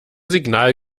signal